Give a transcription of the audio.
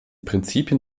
prinzipien